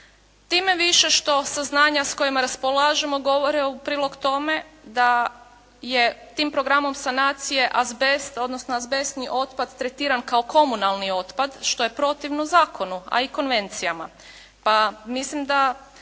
time više što saznanja s kojime raspolažemo govore u prilog tome da je tim programom sanacije azbest, odnosno azbestni otpad tretiran kao komunalni otpad, što je protivno zakonu, a i konvencijama pa mislim da